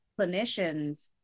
clinicians